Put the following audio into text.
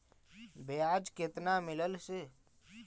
बियाज केतना मिललय से?